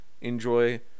enjoy